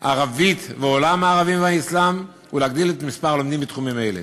ערבית ועולם הערבים והאסלאם ולהגדיל את מספר הלומדים בתחומים אלה.